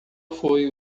foi